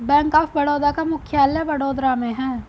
bank of Baroda का मुख्यालय वडोदरा में है